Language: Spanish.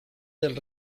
del